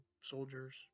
soldiers